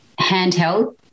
handheld